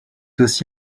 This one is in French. aussi